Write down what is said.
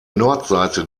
nordseite